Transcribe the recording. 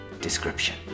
description